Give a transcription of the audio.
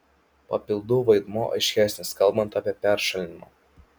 papildų vaidmuo aiškesnis kalbant apie peršalimą